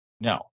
No